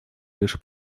лишь